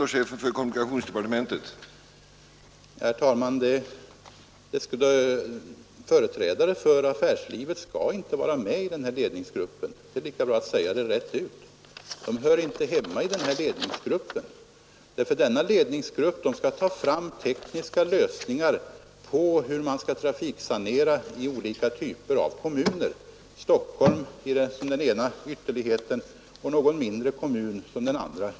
Herr talman! Företrädare för affärslivet skall inte vara med i den här ledningsgruppen. Det är lika bra att säga det rätt ut. De hör inte hemma i den här ledningsgruppen, därför att den skall ta fram tekniska lösningar till hur man skall trafiksanera i olika typer av kommuner — Stockholm som den ena ytterligheten och någon mindre kommun som den andra.